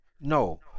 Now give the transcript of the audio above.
No